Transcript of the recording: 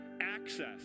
Access